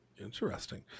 Interesting